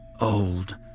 old